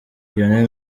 lionel